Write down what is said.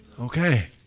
Okay